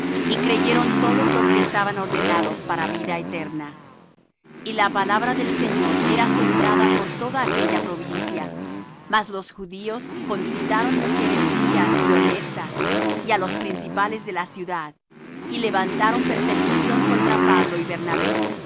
y creyeron todos los que estaban ordenados para vida eterna y la palabra del señor era sembrada por toda aquella provincia mas los judíos concitaron mujeres pías y honestas y á los principales de la ciudad y levantaron persecución contra pablo y bernabé